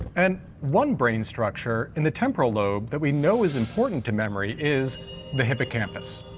and one brain structure and the temporal lobe that we know is important to memory is the hippocampus.